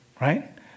right